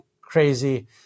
crazy